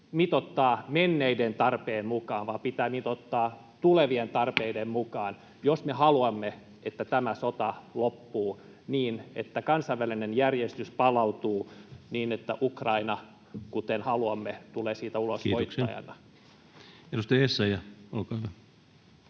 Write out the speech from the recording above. mitoittaa menneiden tarpeiden mukaan, vaan se pitää mitoittaa tulevien tarpeiden mukaan, jos me haluamme, että tämä sota loppuu niin, että kansainvälinen järjestys palautuu, niin että Ukraina — kuten haluamme — tulee siitä ulos voittajana. [Speech 18] Speaker: